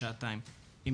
שעתיים.